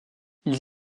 ils